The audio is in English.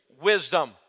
Wisdom